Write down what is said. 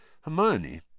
Hermione